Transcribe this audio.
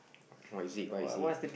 what is it what you see